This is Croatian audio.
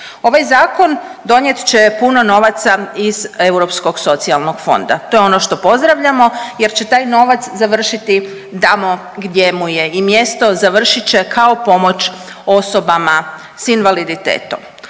Ovaj zakon donijet će puno novaca iz Europskog socijalnog fonda, to je ono što pozdravljamo jer će taj novac završiti tamo gdje mu je i mjesto, završit će kao pomoć osobama s invaliditetom,